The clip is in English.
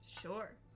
sure